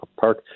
Park